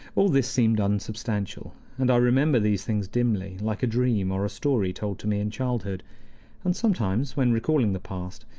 all this seemed unsubstantial, and i remembered these things dimly, like a dream or a story told to me in childhood and sometimes, when recalling the past,